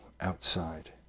outside